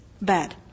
bad